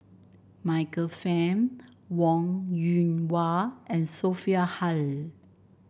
Michael Fam Wong Yoon Wah and Sophia Hull